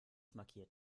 markiert